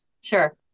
Sure